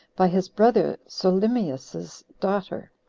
by his brother solymius's daughter,